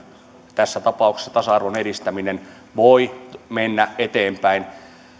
tässä tapauksessa tasa arvon edistäminen voivat mennä eteenpäin